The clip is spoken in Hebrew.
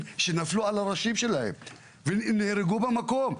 שנפלו על הראשים שלהם והם נהרגו במקום.